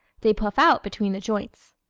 they puff out between the joints.